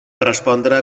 respondre